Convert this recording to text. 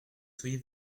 soyez